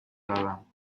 دارم